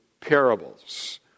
parables